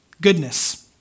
Goodness